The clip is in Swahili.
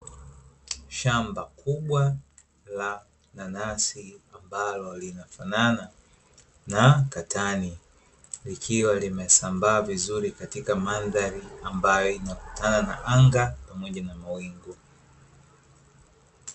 Shamba kubwa la nanasi ambalo linafanana na katani, likiwa limesambaa vizuri katika madhari ambayo inakutana na anga pamoja na mawingu.